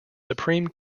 superior